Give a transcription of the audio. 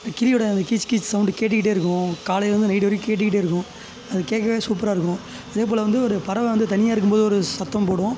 அந்த கிளியோட அந்த கீச் கீச் சௌண்டு கேட்டுக்கிட்டே இருக்கும் காலையிலேருந்து நைட்டு வரைக்கும் கேட்டுக்கிட்டே இருக்கும் அதை கேட்கவே சூப்பராக இருக்கும் அதேபோல் வந்து ஒரு பறவை வந்து தனியாக இருக்கும்போது ஒரு சத்தம் போடும்